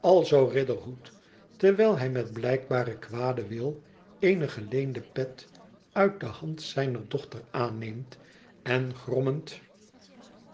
alzoo riderhood terwijl hij met blijkbaar kwaden wil eene geleende pet uit de hand zijner dochter aanneemt en grommend